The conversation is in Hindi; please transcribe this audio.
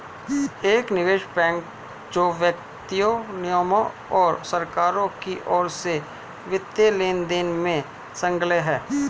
एक निवेश बैंक जो व्यक्तियों निगमों और सरकारों की ओर से वित्तीय लेनदेन में संलग्न है